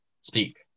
speak